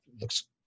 looks